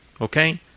Okay